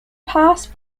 pass